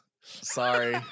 sorry